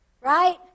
right